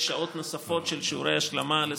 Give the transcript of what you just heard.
שעות נוספות של שיעורי השלמה לסטודנטים,